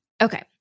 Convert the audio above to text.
Okay